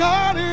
God